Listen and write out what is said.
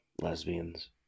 lesbians